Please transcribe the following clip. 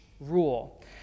rule